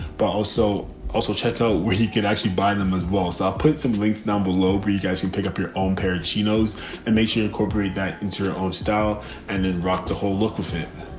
but also also checko where he could actually buy them as well. so i'll put some links number below where you guys can pick up your own parents she knows and makes you incorporate that into your own style and then rock the whole look with it.